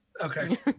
Okay